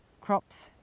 crops